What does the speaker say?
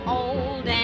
old